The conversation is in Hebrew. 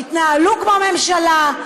תתנהלו כמו ממשלה,